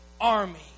army